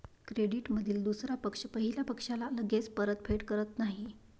क्रेडिटमधील दुसरा पक्ष पहिल्या पक्षाला लगेच परतफेड करत नाही